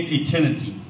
eternity